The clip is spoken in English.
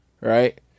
Right